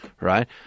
right